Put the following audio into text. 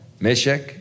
Meshach